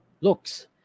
looks